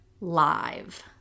Live